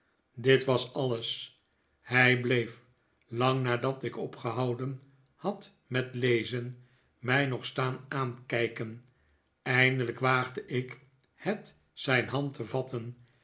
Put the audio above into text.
dit was alles hij bleef lang nadat ik opgehouden had met lezen mij nog staan aankijken eindelijk waagde ik het zijn hand te vatten